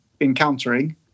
encountering